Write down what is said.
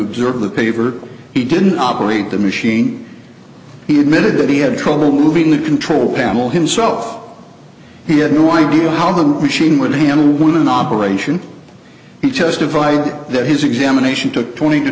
observe the paper he didn't operate the machine he admitted that he had trouble moving the control panel himself he had no idea how the machine would handle when in operation he justified that his examination took twenty to